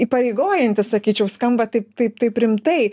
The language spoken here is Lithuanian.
įpareigojanti sakyčiau skamba taip taip taip rimtai